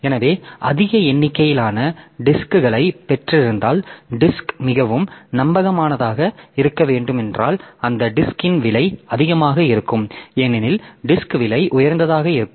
எனவே அதிக எண்ணிக்கையிலான டிஸ்க்களைப் பெற்றிருந்தால் டிஸ்க் மிகவும் நம்பகமானதாக இருக்க வேண்டுமென்றால் அந்த டிஸ்க்ன் விலை அதிகமாக இருக்கும் ஏனெனில் டிஸ்க் விலை உயர்ந்ததாக இருக்கும்